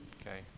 Okay